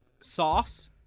Sauce